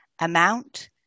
amount